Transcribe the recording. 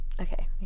okay